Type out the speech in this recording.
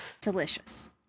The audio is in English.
delicious